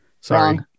Sorry